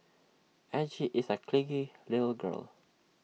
Angie is A clingy little girl